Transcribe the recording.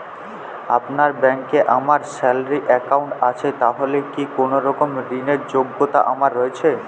আপনার ব্যাংকে আমার স্যালারি অ্যাকাউন্ট আছে তাহলে কি কোনরকম ঋণ র যোগ্যতা আমার রয়েছে?